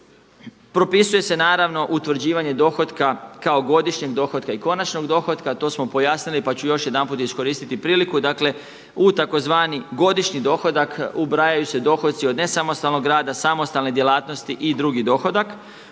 Propisuje se naravno utvrđivanje dohotka kao godišnjeg dohotka i konačnog dohotka. To smo pojasnili, pa ću još jedanput iskoristiti priliku. Dakle, u tzv. godišnji dohodak ubrajaju se dohodci od nesamostalnog rada, samostalne djelatnosti i drugi dohodak.